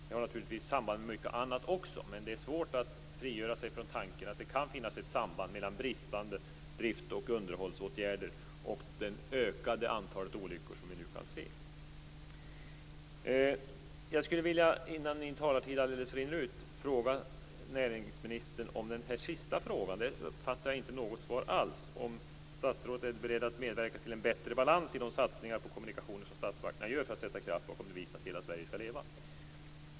Det har naturligtvis samband med mycket annat också, men det är svårt att frigöra sig från tanken att det kan finnas ett samband mellan bristande drifts och underhållsåtgärder och det ökade antal olyckor vi nu kan se. Innan min talartid alldeles rinner ut skulle jag vilja höra med näringsministern om den här sista frågan. Där uppfattade jag inget svar alls. Det gäller om statsrådet är beredd att medverka till en bättre balans i de satsningar på kommunikationer som statsmakterna gör för att sätta kraft bakom devisen att hela Sverige skall leva.